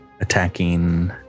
attacking